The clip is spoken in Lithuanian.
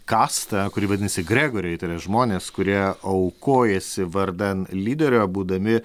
kastą kuri vadinasi gregoriai tai yra žmonės kurie aukojasi vardan lyderio būdami